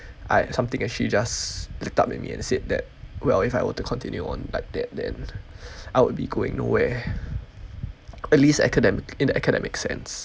I something actually just lit up in me and said that well if I were to continue on that that then I would be going nowhere at least academic in academic sense